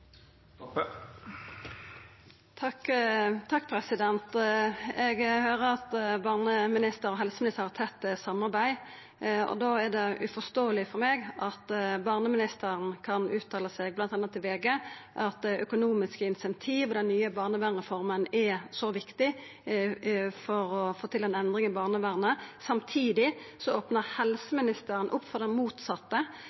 at barneministeren og helseministeren har eit tett samarbeid. Da er det uforståeleg for meg at barneministeren – bl.a. til VG – seier at økonomiske incentiv og den nye barnevernsreforma er så viktig for å få til ei endring i barnevernet, når helseministeren samtidig